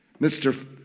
Mr